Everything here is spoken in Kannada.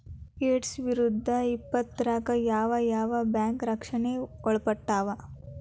ಎರ್ಡ್ಸಾವಿರ್ದಾ ಇಪ್ಪತ್ತ್ರಾಗ್ ಯಾವ್ ಯಾವ್ ಬ್ಯಾಂಕ್ ರಕ್ಷ್ಣೆಗ್ ಒಳ್ಪಟ್ಟಾವ?